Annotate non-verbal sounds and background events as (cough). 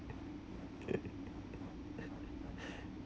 (laughs)